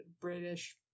British